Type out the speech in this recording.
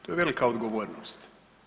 To je velika odgovornost.